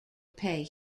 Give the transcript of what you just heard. pay